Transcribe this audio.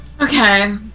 Okay